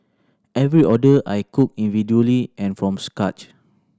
every order I cooked individually and from scratch